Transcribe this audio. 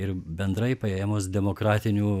ir bendrai paėmus demokratinių